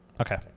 Okay